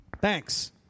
thanks